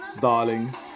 darling